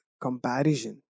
comparison